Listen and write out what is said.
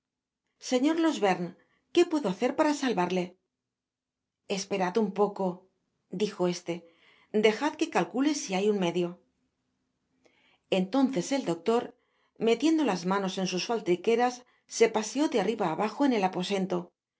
señor losherne que puedo hacer para salvarle esperad un poco dijo este dejad que calcule si hay un medio entonces el doctor metiendo las manos en sus faltriqueras se paseó de arriba abajo en el aposento